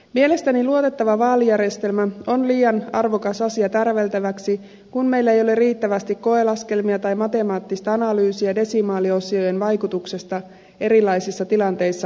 mielestäni luotettava vaalijärjestelmä on liian arvokas asia tärveltäväksi kun meillä ei ole riittävästi koelaskelmia tai matemaattista analyysia desimaaliosien vaikutuksesta erilaisissa tilanteissa paikkajakoon